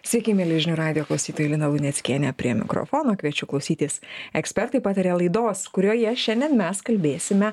sveiki mieli žinių radijo klausytojai lina luneckienė prie mikrofono kviečiu klausytis ekspertai pataria laidos kurioje šiandien mes kalbėsime